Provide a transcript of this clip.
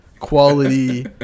quality